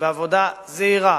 ובעבודה זהירה,